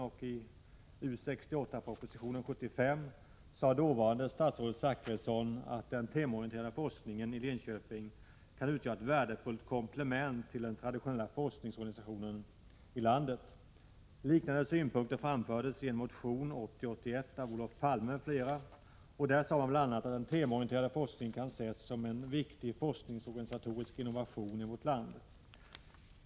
År 1975 sade dåvarande utbildningsministern Zachrisson i U 68-propositionen att den temaorienterade forskningen i Linköping kan utgöra ett värdefullt komplement till den traditionella forskningsorganisationen i landet. Liknande synpunkter framfördes i en motion 1980/81 av Olof Palme m.fl. Där sade man bl.a. att den temaorienterade forskningen kan ses som en viktig forskningsorganisatorisk innovation i vårt land.